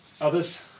Others